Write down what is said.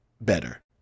better